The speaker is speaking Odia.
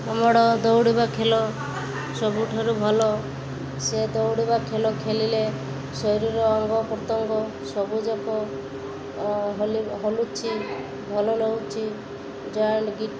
ଆମର ଦୌଡ଼ିବା ଖେଳ ସବୁଠାରୁ ଭଲ ସେ ଦୌଡ଼ିବା ଖେଳ ଖେଳିଲେ ଶରୀରର ଅଙ୍ଗ ପ୍ରତ୍ୟଙ୍ଗ ସବୁଯାକ ହଲୁଛି ଭଲ ରହୁୁଛିି ଜଏଣ୍ଟ୍